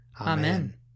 Amen